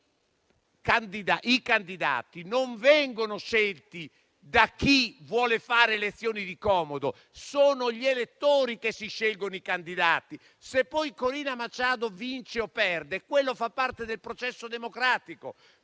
I candidati non vengono scelti da chi vuole fare elezioni di comodo; sono gli elettori che si scelgono i candidati. Se poi Corina Machado vince o perde, è una cosa che fa parte del processo democratico,